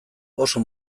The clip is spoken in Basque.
oso